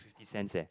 fifty cents leh